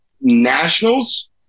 Nationals